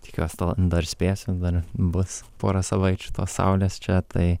tikiuosi to dar spėsim dar bus pora savaičių tos saulės čia tai